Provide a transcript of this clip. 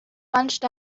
bunched